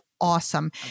awesome